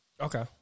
Okay